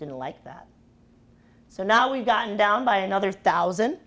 didn't like that so now we've gotten down by another thousand